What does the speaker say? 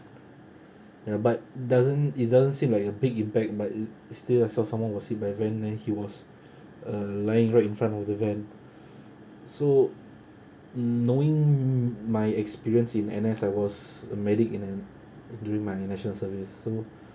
ya but doesn't it doesn't seem like a big impact but it still I saw someone was hit by a van then he was uh lying right in front of the van so knowing my experience in N_S I was a medic in and during my uh national service so